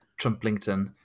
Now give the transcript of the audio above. trumplington